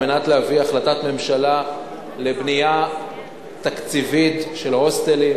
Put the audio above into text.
כדי להביא החלטת ממשלה לבנייה תקציבית של הוסטלים,